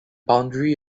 boundary